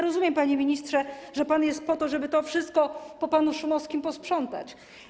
Rozumiem, panie ministrze, że pan jest po to, żeby to wszystko po panu Szumowskim posprzątać.